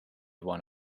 one